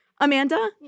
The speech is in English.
Amanda